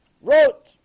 Wrote